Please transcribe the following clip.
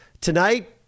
Tonight